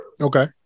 Okay